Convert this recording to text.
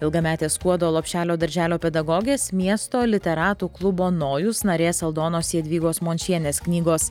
ilgametės skuodo lopšelio darželio pedagogės miesto literatų klubo nojus narės aldonos jadvygos mončienės knygos